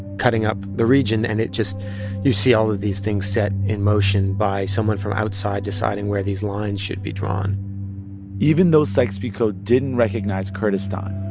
cutting up the region. and it just you see all of these things set in motion by someone from outside deciding where these lines should be drawn even though sykes-picot didn't recognize kurdistan,